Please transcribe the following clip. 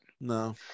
No